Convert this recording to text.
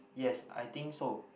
yes I think so